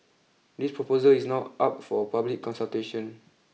this proposal is now up for public consultation